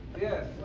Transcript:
Yes